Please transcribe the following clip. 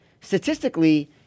Statistically